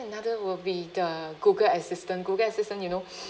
another will be the google assistant google assistant you know